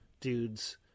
dudes